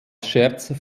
scherz